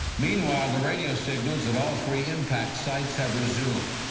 meanwhile, the radio signals at all three impacsites have rumed.